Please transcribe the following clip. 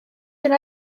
yna